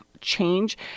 change